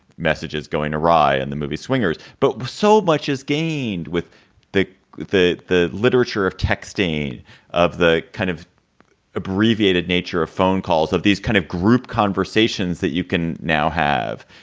messages going awry and the movie swingers. but so much is gained with the the the literature of texting of the kind of abbreviated nature of phone calls, of these kind of group conversations that you can now have.